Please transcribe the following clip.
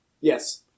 Yes